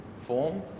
form